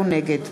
נגד